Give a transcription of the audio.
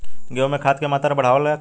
गेहूं में खाद के मात्रा बढ़ावेला का करी?